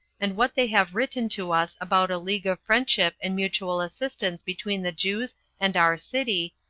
and what they have written to us about a league of friendship and mutual assistance between the jews and our city,